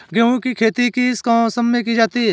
गेहूँ की खेती किस मौसम में की जाती है?